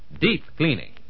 Deep-cleaning